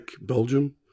Belgium